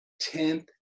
tenth